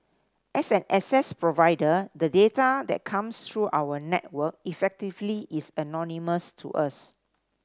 as an access provider the data that comes through our network effectively is anonymous to us